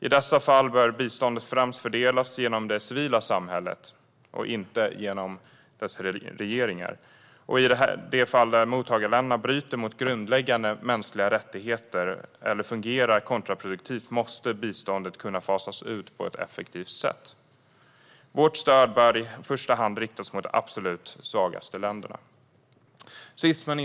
I dessa fall bör biståndet främst fördelas till det civila samhället och inte genom dess regeringar. I de fall där mottagarländerna bryter mot grundläggande mänskliga rättigheter eller fungerar kontraproduktivt måste biståndet kunna fasas ut på ett effektivt sätt. Vårt stöd bör i första hand riktas till de absolut svagaste länderna. Herr talman!